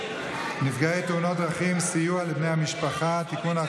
נפגעי תאונות דרכים (סיוע לבני המשפחה) (תיקון,